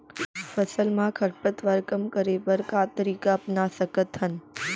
फसल मा खरपतवार कम करे बर का तरीका अपना सकत हन?